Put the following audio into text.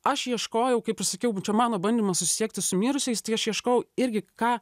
aš ieškojau kaip ir sakiau čia mano bandymas susisiekti su mirusiais tai aš ieškau irgi ką